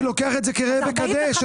אני רואה את זה כראה וקדש,